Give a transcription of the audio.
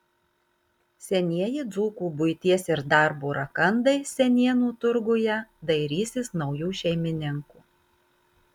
senieji dzūkų buities ir darbo rakandai senienų turguje dairysis naujų šeimininkų